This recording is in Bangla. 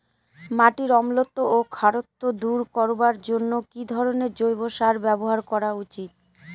মাটির অম্লত্ব ও খারত্ব দূর করবার জন্য কি ধরণের জৈব সার ব্যাবহার করা উচিৎ?